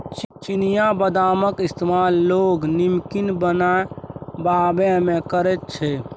चिनियाबदामक इस्तेमाल लोक नमकीन बनेबामे करैत छै